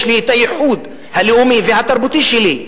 יש לי הייחוד הלאומי והתרבותי שלי,